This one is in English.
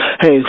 Hey